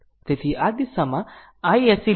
તેથી આ દિશામાં iSC લીધું છે